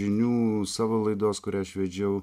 žinių savo laidos kurią aš vedžiau